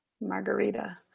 Margarita